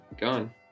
gone